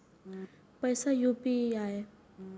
पैसा यू.पी.आई?